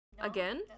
again